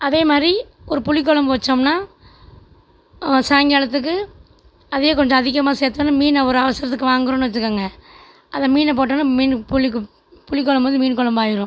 அதே மாதிரி ஒரு புளிக்குழம்பு வச்சோம்னால் சாயங்காலத்துக்கு அதே கொஞ்சம் அதிகமாக சேர்த்தோனா மீனை ஒரு அவசரத்துக்கு வாங்குகிறோம்னு வச்சுகோங்க அதை மீனை போட்டோன்னால் மீன் புளிக்கும் புளிக்குழம்பு வந்து மீன் குழம்பாயிடும்